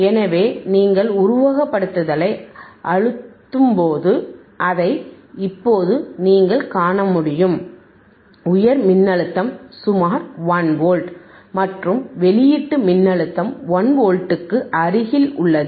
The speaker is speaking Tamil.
எனவே நீங்கள் உருவகப்படுத்துதலை அழுத்தும்போது அதை இப்போது நீங்கள் காண முடியும் உயர் மின்னழுத்தம் சுமார் 1 வோல்ட் மற்றும் வெளியீட்டு மின்னழுத்தமும் 1 வோல்ட்டுக்கு அருகில் உள்ளது